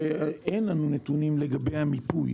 היא שאין לנו נתונים לגבי המיפוי,